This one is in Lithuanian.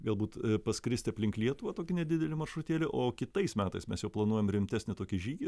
galbūt paskristi aplink lietuvą tokį nedidelį maršrutėlį o kitais metais mes jau planuojam rimtesnį tokį žygį